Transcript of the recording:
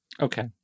Okay